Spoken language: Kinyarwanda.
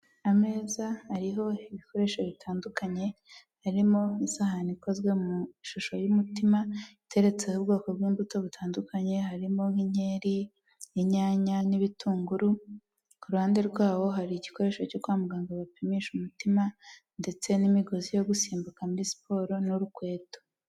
Ameza hariho ibikoresho bitandukanye harimo isahani ikozwe mu ishusho y'umutima iteretseho ubwoko bw'imbuto butandukanye harimo nk'inkeri, inyanya, n'ibitunguru, ku ruhande rwabo hari igikoresho cyo kwa muganga bapimisha umutima ndetse n'imigozi yo gusimbuka muri siporo n'urukweto.